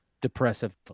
depressive